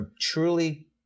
truly